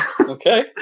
Okay